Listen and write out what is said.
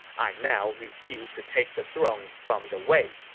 i now refuse to take the throne from the wei.